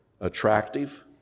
attractive